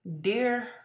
Dear